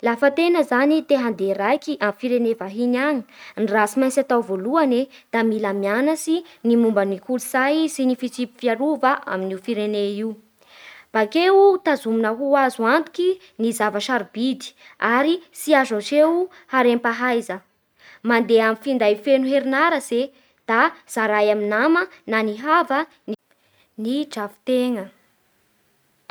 Lafa tegna zany te hande raiky amin'ny firene vahiny any, ny raha tsy maintsy atao voaholany da mila mianatsy ny momban'ny kolo-tsay sy ny fitsim-piarova amin'io firene io, bakeo tazomina ho azo antoky ny zava-tsarobidy ary tsy azo aseho harem-pahaiza. mandeha amn'ny finday feno herin'aratsy e da zaray amin'ny nama na ny hava ny drafitegna